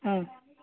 ହଁ